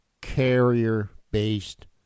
carrier-based